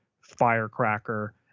firecracker